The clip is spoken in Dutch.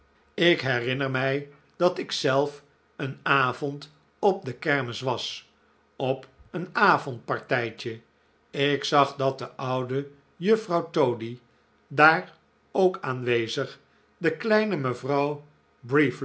ik herinner mij dat ikzelf een avond op de kermis was op een avondpartijtje ik zag dat de oude juffrouw toady daar ook aanwezig de kleine mevrouw